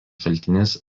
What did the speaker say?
šaltinis